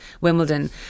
Wimbledon